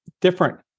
different